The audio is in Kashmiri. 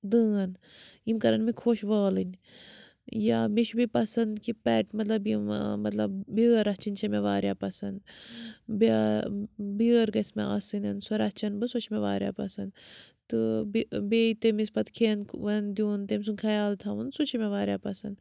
دٲن یِم کَرَن مےٚ خۄش والٕنۍ یا مےٚ چھُ بیٚیہِ پَسَنٛد کہِ پٮ۪ٹ مطلب یِم مطلب بیٛٲر رَچھٕنۍ چھےٚ مےٚ واریاہ پَسَنٛد بیٛا بیٛٲر گَژھِ مےٚ آسٕنٮ۪ن سۄ رَچھَن بہٕ سۄ چھِ مےٚ واریاہ پَسَنٛد تہٕ بے بیٚیہِ تٔمِس پَتہٕ کھٮ۪ن وٮ۪ن دیُن تٔمۍ سُنٛد خیال تھاوُن سُہ چھُ مےٚ واریاہ پَسَنٛد